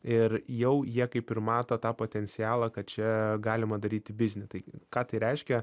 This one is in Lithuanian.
ir jau jie kaip ir mato tą potencialą kad čia galima daryti biznį tai ką tai reiškia